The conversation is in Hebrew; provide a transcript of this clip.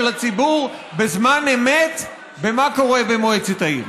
הציבור בזמן אמת במה קורה במועצת העיר.